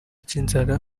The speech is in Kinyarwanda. cy’inzara